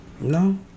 No